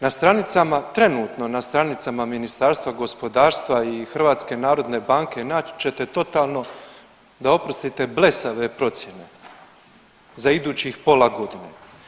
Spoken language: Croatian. Na stranicama, trenutno na stranicama Ministarstva gospodarstva i HNB-a naći ćete totalno da oprostite blesave procjene za idućih pola godine.